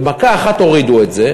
במכה אחת הורידו את זה,